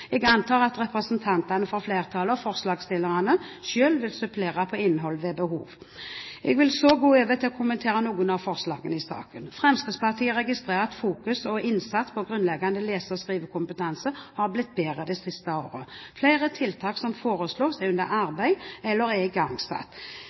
Jeg antar at representantene for flertallet og forslagsstillerne selv vil supplere innholdet ved behov. Jeg vil så gå over til å kommentere noen av forslagene i saken. Fremskrittspartiet registrerer at fokus på og innsats for grunnleggende lese- og skrivekompetanse har blitt bedre de siste årene. Flere tiltak som foreslås, er under